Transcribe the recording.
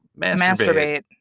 masturbate